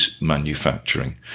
manufacturing